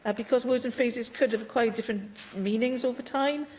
ah because words and phrases could have acquired different meanings over time,